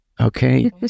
Okay